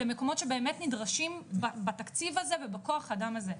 למקומות שבאמת נדרשים בתקציב הזה ובכוח האדם הזה,